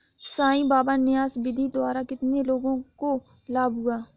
साई बाबा न्यास निधि द्वारा कितने लोगों को लाभ हुआ?